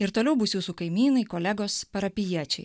ir toliau bus jūsų kaimynai kolegos parapijiečiai